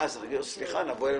ואז נגיד לו: